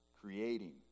creating